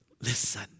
listen